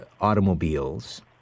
automobiles